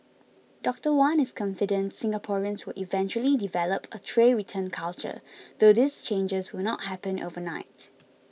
Doctor Wan is confident Singaporeans will eventually develop a tray return culture though these changes will not happen overnight